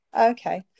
okay